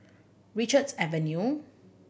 Richards Avenue